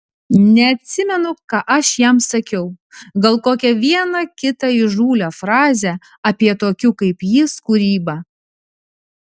neatsimenu ką aš jam sakiau gal kokią vieną kitą įžūlią frazę apie tokių kaip jis kūrybą